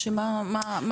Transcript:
שמה טיבם?